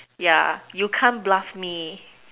ya you can't bluff me